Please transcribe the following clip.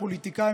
הפוליטיקאים,